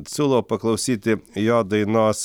siūlau paklausyti jo dainos